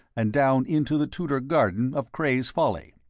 and down into the tudor garden of cray's folly.